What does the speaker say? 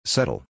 Settle